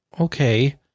okay